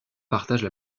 partagent